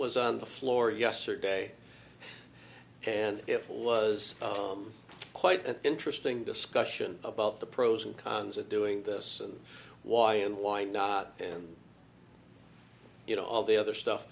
was on the floor yesterday and it was quite an interesting discussion about the pros and cons of doing this and why and why not and you know all the other stuff